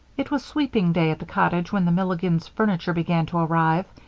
it was sweeping-day at the cottage when the milligans' furniture began to arrive,